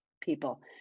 people